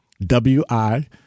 Wi